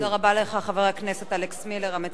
תודה רבה לך, חבר הכנסת אלכס מילר, המציע.